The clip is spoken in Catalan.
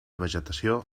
vegetació